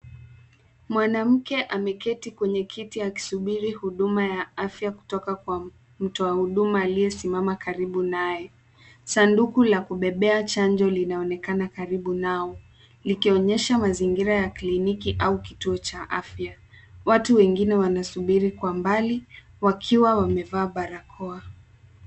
Mwanamke ameketi kwenye kiti akisubiri huduma ya afya kutoka kwa mtoa huduma aliyesimama karibu naye. Sanduku la kubebea chanjo linaonekana karibu nao; likionyesha mazingira ya kliniki au kituo cha afya. Watu wengine wanasubiri kwa mbali wakiwa wamevaa barakoa.